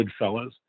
Goodfellas